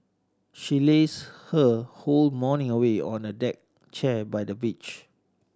she lazed her whole morning away on a deck chair by the beach